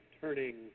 turning